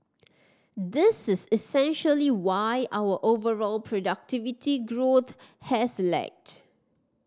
this is essentially why our overall productivity growth has lagged